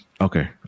Okay